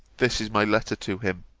this is my letter to him.